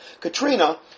Katrina